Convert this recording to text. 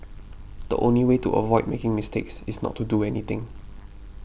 the only way to avoid making mistakes is not to do anything